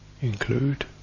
include